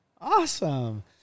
Awesome